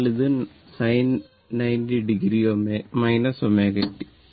അതിനാൽ ഇത് sin 90 o ω t